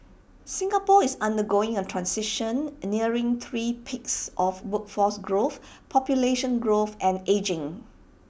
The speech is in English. Singapore is undergoing A transition nearing three peaks of workforce growth population growth and ageing